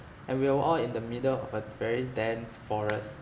and we were all in the middle of a very dense forest